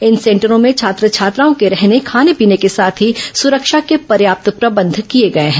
इन सेटरों भें छात्र छात्राओं के रहने खाने पीने के साथ ही सुरक्षा के पर्याप्त प्रबंध किए गए हैं